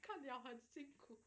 看了很辛苦